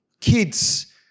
kids